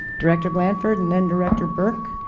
director blanford and then director burke